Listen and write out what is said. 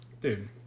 Dude